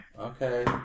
Okay